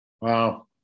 Wow